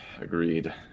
Agreed